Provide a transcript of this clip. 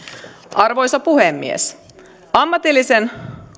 arvoisa puhemies ammatillisen